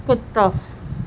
کتا